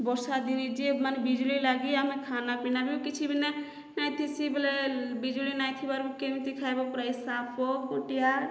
ବର୍ଷା ଦିନେ ଯେ ମାନେ ବିଜୁଳି ଲାଗି ଆମେ ଖାନା ପିନା ବି କିଛି ବି ନା ନାହିଁ ଥିଶି ବୋଲେ ବିଜୁଳି ନାହିଁ ଥିବାରୁ କେମିତି ଖାଇବ ପୁରା ଇ ସାପ ଫୁଟିଆ